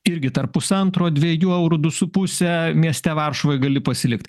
irgi tarp pusantro dviejų eurų du su puse mieste varšuvoj gali pasilikt